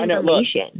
information